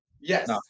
yes